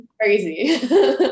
Crazy